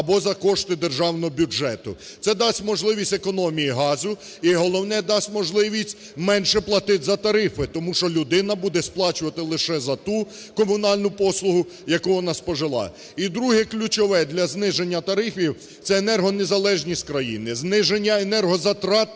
або за кошти державного бюджету. Це дасть можливість економії газу і головне, дасть можливість менше платити за тарифи, тому що людина буде сплачувати лише за ту комунальну послугу, яку вона спожила. І друге, ключове для зниження тарифів – це енергонезалежність країни, зниження енергозатратності